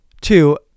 Two